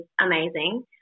amazing